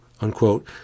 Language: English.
unquote